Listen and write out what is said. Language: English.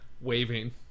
waving